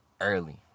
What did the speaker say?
early